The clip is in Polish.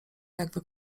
jak